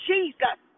Jesus